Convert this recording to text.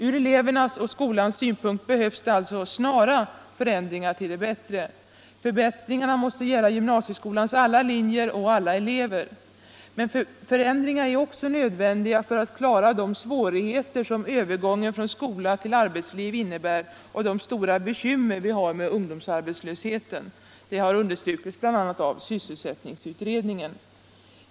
Från elevernas och skolans synpunkter behövs det alltså snara förändringar till det bättre. De måste gälla gymnasieskolans alla linjer och alla elever. Men snara förändringar är också nödvändiga för att klara de svårigheter som övergången från skola till arbetsliv innebär och de stora bekymmer som vi har med ungdomsarbetslösheten. Detta har understrukits av bl.a. sysselsättningsutredningen.